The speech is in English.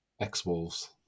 X-Wolves